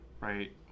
right